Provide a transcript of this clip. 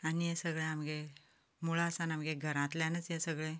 आनी हें सगळें आमचें मुळां सावन आमचें घरांतल्यानच हें सगळें